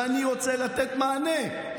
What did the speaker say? ואני רוצה לתת מענה,